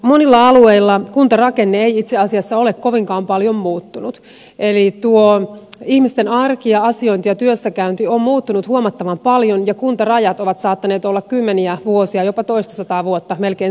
monilla alueilla kuntarakenne ei itse asiassa ole kovinkaan paljon muuttunut eli tuo ihmisten arki ja asiointi ja työssäkäynti on muuttunut huomattavan paljon mutta kuntarajat ovat saattaneet olla kymmeniä vuosia jopa toistasataa vuotta melkein samanlaiset